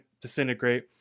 disintegrate